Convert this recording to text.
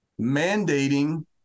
mandating